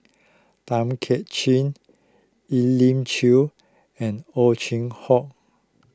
Tay Kay Chin Elim Chew and Ow Chin Hock